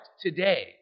today